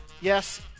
yes